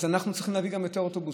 אז אנחנו גם צריכים להביא יותר אוטובוסים.